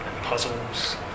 puzzles